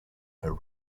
her